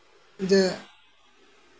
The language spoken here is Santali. ᱛᱮ